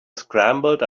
scrambled